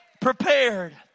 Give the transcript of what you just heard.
prepared